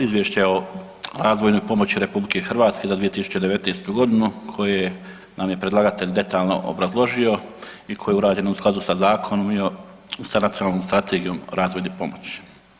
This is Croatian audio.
izvješće o razvojnoj pomoći RH za 2019. godinu koje nam je predlagatelj detaljno obrazložio i koje je urađeno u skladu sa zakonom i sa nacionalnom strategijom razvojne pomoći.